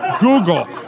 Google